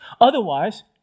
Otherwise